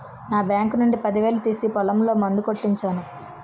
నా బాంకు నుండి పదివేలు తీసి పొలంలో మందు కొట్టించాను